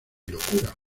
locura